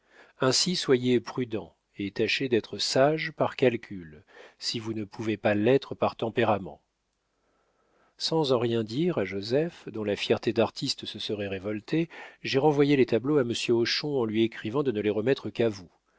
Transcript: ainsi soyez prudent et tâchez d'être sage par calcul si vous ne pouvez pas l'être par tempérament sans en rien dire à joseph dont la fierté d'artiste se serait révoltée j'ai renvoyé les tableaux à monsieur hochon en lui écrivant de ne les remettre qu'à vous